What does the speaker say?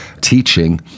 teaching